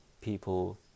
people